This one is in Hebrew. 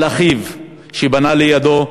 על אחיו, שבנה לידו,